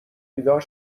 بیدار